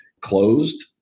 closed